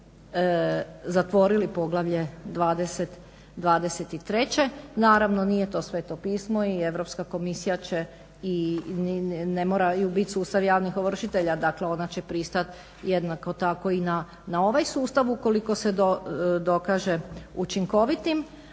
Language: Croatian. Stoga smo zatvorili poglavlje 23. Naravno nije to Sv. Pismo i Europska komisija će i ne moraju biti sustavi javnih ovršitelja dakle ona će pristati jednako tako i na ovaj sustav ukoliko se dokaže učinkovitim.